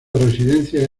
residencia